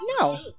No